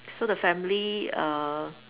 so the family err